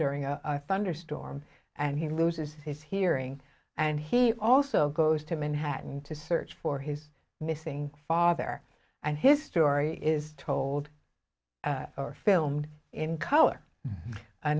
during a thunderstorm and he loses his hearing and he also goes to manhattan to search for his missing father and his story is told or filmed in color